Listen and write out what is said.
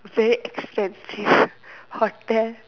very expensive hotel